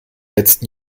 letzten